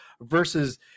versus